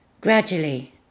Gradually